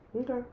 Okay